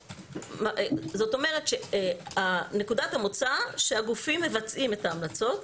זאת אומרת שנקודת המוצא היא שהגופים מבצעים את ההמלצות.